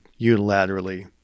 unilaterally